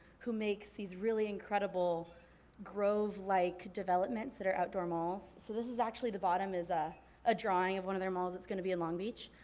who makes these really incredible grove like developments that are outdoor malls. so this is actually the bottom is a ah drawing of one of their malls that's gonna be in long beach.